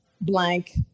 blank